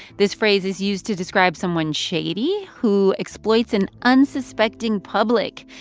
this phrase is used to describe someone shady who exploits an unsuspecting public.